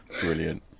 brilliant